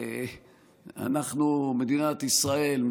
אנחנו מדינת ישראל,